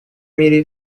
мире